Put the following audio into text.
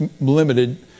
limited